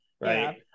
Right